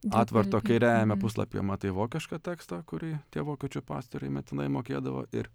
atvarto kairiajame puslapyje matai vokišką tekstą kurį tie vokiečių pastoriai metinai mokėdavo ir